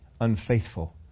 unfaithful